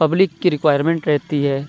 public کی requirement رہتی ہے